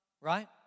right